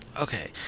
Okay